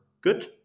good